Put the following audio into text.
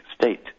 state